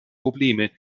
probleme